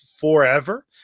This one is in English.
forever